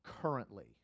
currently